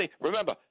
Remember